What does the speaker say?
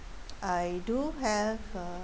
I do have a